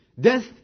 Death